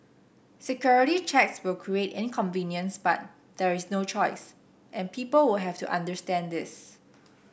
security checks will create inconvenience but there is no choice and people will have to understand this